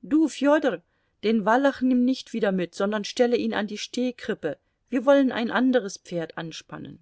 du fjodor den wallach nimm nicht wieder mit sondern stelle ihn an die stehkrippe wir wollen ein anderes pferd anspannen